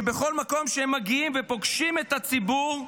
שבכל מקום שהם מגיעים אליו ופוגשים את הציבור,